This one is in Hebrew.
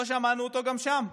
לא שמענו אותו גם שם,